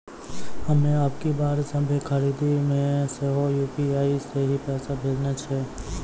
हम्मे अबकी बार सभ्भे खरीदारी मे सेहो यू.पी.आई से ही पैसा भेजने छियै